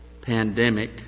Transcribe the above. pandemic